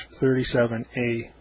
37A